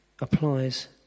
applies